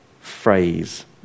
phrase